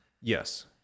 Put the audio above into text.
yes